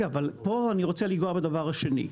אבל פה אני רוצה לגעת בדבר השני,